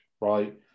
right